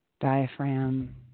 diaphragm